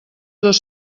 dos